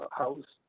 house